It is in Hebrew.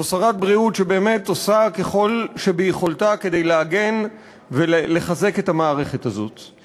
זו שרת בריאות שבאמת עושה כל שביכולתה כדי להגן ולחזק את המערכת הזאת.